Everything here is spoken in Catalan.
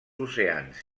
oceans